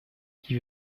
qui